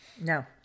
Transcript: No